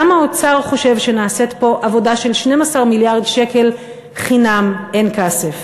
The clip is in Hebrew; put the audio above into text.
גם האוצר חושב שנעשית פה עבודה של 12 מיליארד שקל חינם אין כסף.